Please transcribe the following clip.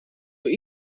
door